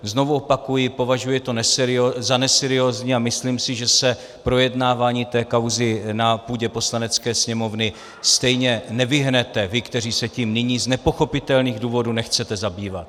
Znovu opakuji, považuji to za neseriózní a myslím si, že se projednávání té kauzy na půdě Poslanecké sněmovny stejně nevyhnete, vy, kteří se tím nyní z nepochopitelných důvodů nechcete zabývat.